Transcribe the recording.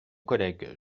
collègues